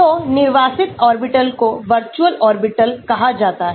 तो निर्वासित ऑर्बिटल्स को वर्चुअल ऑर्बिटल्स कहा जाता है